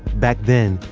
back then,